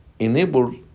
Enable